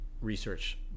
research